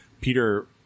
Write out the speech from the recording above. Peter